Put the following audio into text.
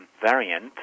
variant